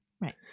right